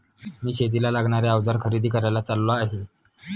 मी शेतीला लागणारे अवजार खरेदी करायला चाललो आहे